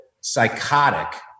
psychotic